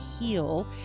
heal